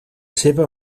seva